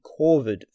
corvid